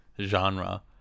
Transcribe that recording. genre